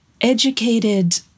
educated